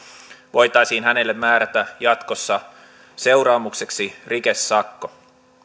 voitaisiin hänelle määrätä jatkossa seuraamukseksi rikesakko